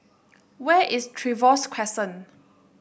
where is Trevose Crescent